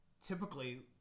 typically